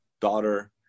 daughter